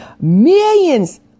millions